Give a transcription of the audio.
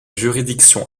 juridiction